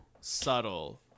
subtle